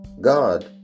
God